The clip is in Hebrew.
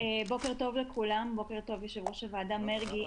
בוקר טוב לכולם, בוקר טוב, יושב-ראש הוועדה מרגי.